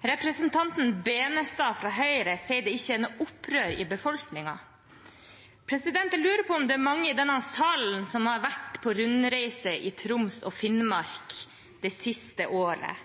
Representanten Tveiten Benestad fra Høyre sier det ikke er noe opprør i befolkningen. Jeg lurer på om det er mange i denne salen som har vært på rundreise i Troms og Finnmark det siste året.